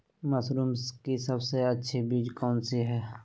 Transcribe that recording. Mushroom की सबसे अच्छी बीज कौन सी है?